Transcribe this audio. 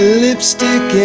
lipstick